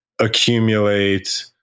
accumulate